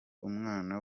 umwana